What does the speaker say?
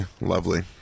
lovely